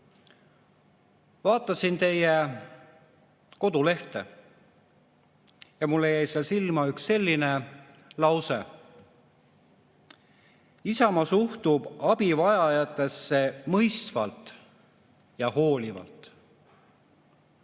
Vaatasin teie kodulehte ja mulle jäi sealt silma üks selline lause: "Isamaa suhtub abivajajatesse mõistvalt ja hoolivalt."